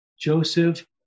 Joseph